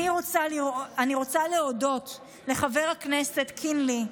אני רוצה להודות לחבר הכנסת קינלי,